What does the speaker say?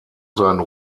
seinen